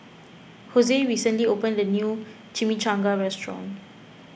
Jose recently opened a new Chimichangas restaurant